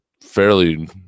fairly